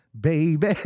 baby